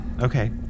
Okay